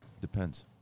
Depends